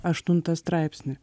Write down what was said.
aštuntą straipsnį